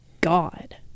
God